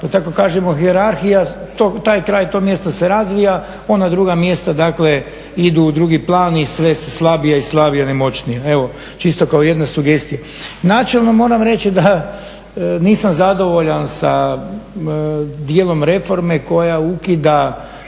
da tako kažemo hijerarhija taj kraj, to mjesto se razvija, ona druga mjesta dakle idu u drugi plan i sve su slabija i slabija, nemoćnija. Evo čisto kao jedna sugestija. Načelno moram reći da nisam zadovoljan sa dijelom reforme koja ukida